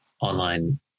online